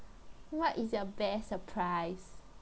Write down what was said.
what is your best surprise